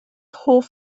hoff